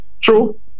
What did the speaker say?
True